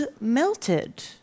Melted